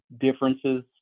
differences